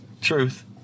Truth